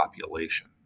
population